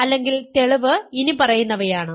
പരിഹാരം അല്ലെങ്കിൽ തെളിവ് ഇനിപ്പറയുന്നവയാണ്